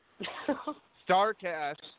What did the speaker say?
StarCast